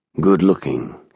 Good-looking